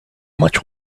much